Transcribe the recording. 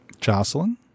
Jocelyn